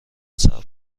صبر